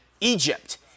Egypt